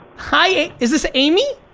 hi, is this amy?